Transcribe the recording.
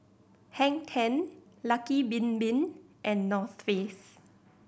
Hang Ten Lucky Bin Bin and North Face